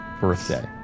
birthday